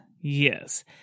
Yes